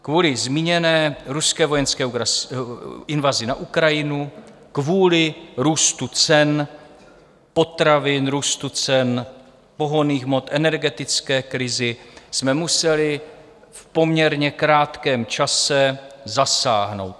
Kvůli zmíněné ruské vojenské invazi na Ukrajinu, kvůli růstu cen potravin, růstu cen pohonných hmot, energetické krizi jsme museli v poměrně krátkém čase zasáhnout.